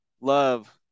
love